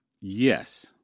Yes